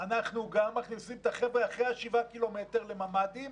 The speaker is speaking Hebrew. אנחנו גם מכניסים את החבר'ה אחרי השבעה קילומטר לממ"דים.